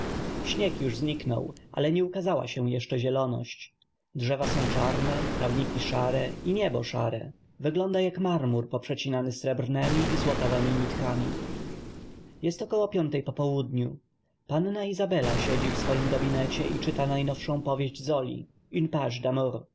śnieg już zniknął ale nie ukazała się jeszcze zieloność drzewa są czarne trawniki szare i niebo szare wygląda jak marmur poprzecinany srebrnemi i złotawemi nitkami jest około piątej po południu panna izabela siedzi w swoim gabinecie i czyta najnowszą powieść zoli une